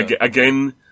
Again